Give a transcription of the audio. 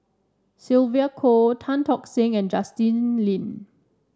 Sylvia Kho Tan Tock Seng and Justin Lean